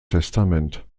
testament